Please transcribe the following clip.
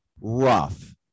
rough